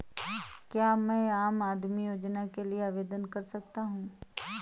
क्या मैं आम आदमी योजना के लिए आवेदन कर सकता हूँ?